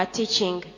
teaching